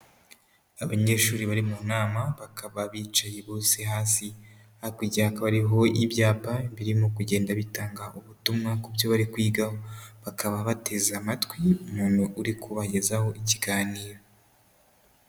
Abanyeshuri bari mu nama bakaba bicaye bose hasi, hakurya hakaba hariho ibyapa birimo kugenda bitanga ubutumwa ku byo bari kwigaho, bakaba bateze amatwi umuntu uri kubagezaho ikiganiro.